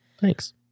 Thanks